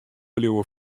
bliuwe